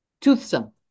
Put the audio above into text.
toothsome